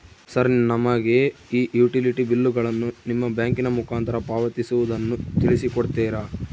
Sir ನಮಗೆ ಈ utility ಬಿಲ್ಲುಗಳನ್ನು ನಿಮ್ಮ ಬ್ಯಾಂಕಿನ ಮುಖಾಂತರ ಪಾವತಿಸುವುದನ್ನು ತಿಳಿಸಿ ಕೊಡ್ತೇರಾ?